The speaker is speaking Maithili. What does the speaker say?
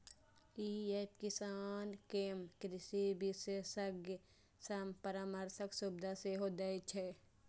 ई एप किसान कें कृषि विशेषज्ञ सं परामर्शक सुविधा सेहो दै छै